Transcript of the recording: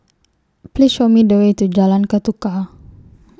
Please Show Me The Way to Jalan Ketuka